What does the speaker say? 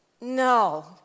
no